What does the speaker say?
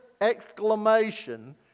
exclamation